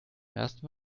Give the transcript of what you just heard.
ersten